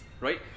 Right